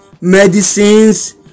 medicines